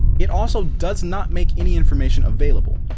it also does not make any information available.